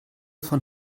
von